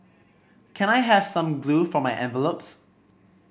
can I have some glue for my envelopes